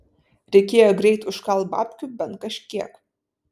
reikėjo greit užkalt babkių bent kažkiek